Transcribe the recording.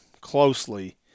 closely